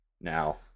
now